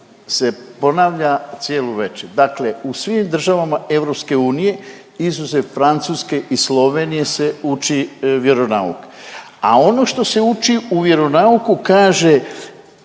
se ponavlja cijelu večer. Dakle, u svim državama EU izuzev Francuske i Slovenije se uči vjeronauk, a ono što se uči u vjeronauku kaže